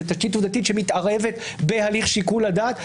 זאת תשתית עובדתית שמתערבת בהליך שיקול הדעת,